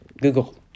Google